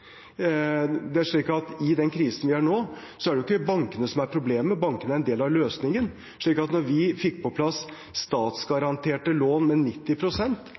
Det er slik at i den krisen vi er i nå, er det ikke bankene som er problemet, bankene er en del av løsningen. Da vi fikk på plass statsgaranterte lån med